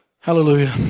Hallelujah